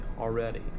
already